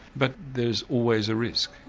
but there's always a risk,